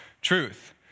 truth